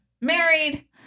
married